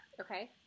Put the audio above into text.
Okay